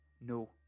no